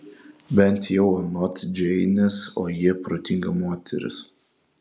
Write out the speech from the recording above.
bent jau anot džeinės o ji protinga moteris